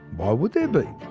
why would there be,